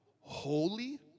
holy